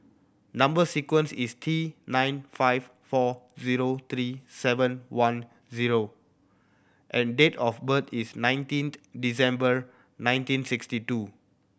number sequence is T nine five four zero three seven one zero and date of birth is nineteenth December nineteen sixty two